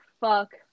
fuck